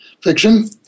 fiction